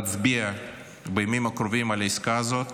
תצביע בימים הקרובים על העסקה הזאת